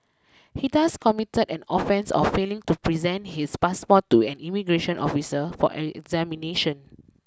he thus committed an offence of failing to present his passport to an immigration officer for an examination